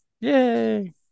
Yay